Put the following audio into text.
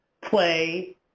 play